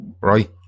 right